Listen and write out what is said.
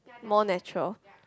more natural